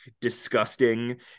disgusting